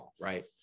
Right